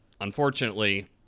unfortunately